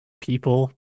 people